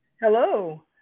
Hello